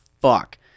fuck